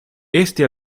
este